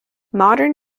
modern